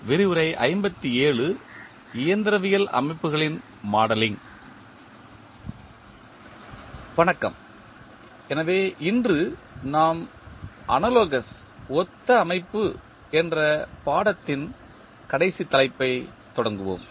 வணக்கம் எனவே இன்று நாம் அனாலோகஸ் ஒத்த அமைப்பு என்ற பாடத்தின் கடைசி தலைப்பைத் தொடங்குவோம்